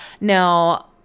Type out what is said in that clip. Now